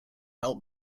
help